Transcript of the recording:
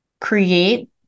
create